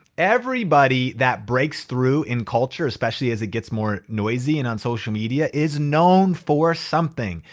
everybody that breaks through in culture, especially, as it gets more noisy and on social media, is known for something.